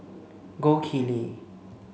Gold Kili